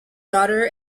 daughter